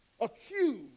accused